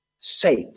safe